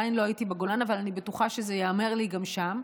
אבל אני בטוחה שזה ייאמר לי גם שם,